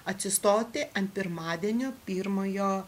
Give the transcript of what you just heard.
atsistoti ant pirmadienio pirmojo